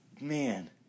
man